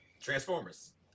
Transformers